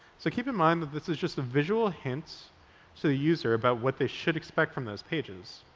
so keep in mind that this is just a visual hint to the user about what they should expect from those pages.